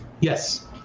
Yes